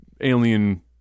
alien